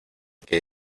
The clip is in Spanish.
que